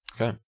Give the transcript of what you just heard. Okay